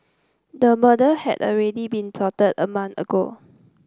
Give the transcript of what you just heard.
the murder had already been plotted a month ago